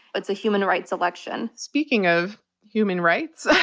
it's a human rights election. speaking of human rights,